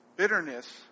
Bitterness